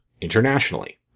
internationally